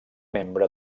membre